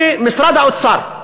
הנה משרד האוצר,